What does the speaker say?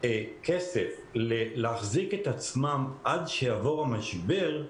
כסף להחזיק את עצמם עד שיעבור המשבר,